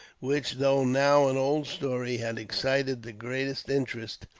which, though now an old story, had excited the greatest interest